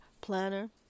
planner